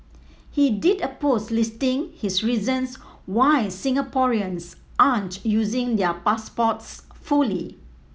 he did a post listing his reasons why Singaporeans aren't using their passports fully